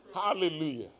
Hallelujah